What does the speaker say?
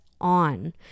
on